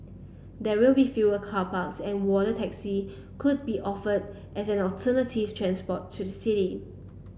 there will be fewer car parks and water taxi could be offered as an alternative transport to the city